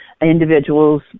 individuals